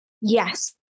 Yes